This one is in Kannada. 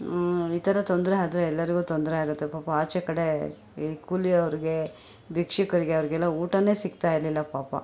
ಈ ಥರ ತೊಂದರೆ ಆದರೆ ಎಲ್ಲರಿಗೂ ತೊಂದರೆ ಆಗುತ್ತೆ ಪಾಪ ಆಚೆ ಕಡೆ ಈ ಕೂಲಿಯವರಿಗೆ ಭಿಕ್ಷುಕರಿಗೆ ಅವರಿಗೆಲ್ಲ ಊಟವೇ ಸಿಕ್ತಾ ಇರ್ಲಿಲ್ಲ ಪಾಪ